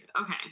okay